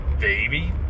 baby